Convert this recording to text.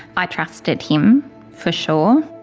i trusted him for sure.